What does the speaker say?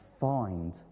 find